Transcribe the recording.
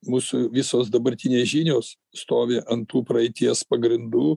mūsų visos dabartinės žinios stovi ant tų praeities pagrindų